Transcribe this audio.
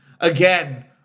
again